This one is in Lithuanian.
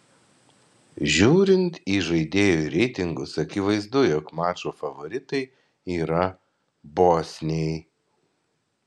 žiūrint į žaidėjų reitingus akivaizdu jog mačo favoritai yra bosniai